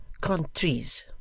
countries